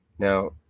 now